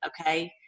Okay